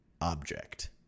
object